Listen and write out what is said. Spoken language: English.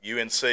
UNC